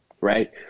right